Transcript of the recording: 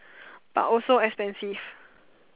but also expensive